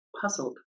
puzzled